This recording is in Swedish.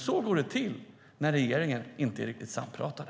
Så går det till när ni i regeringen inte är riktigt sampratade.